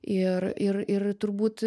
ir ir ir turbūt